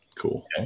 Cool